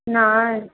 नै